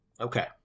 okay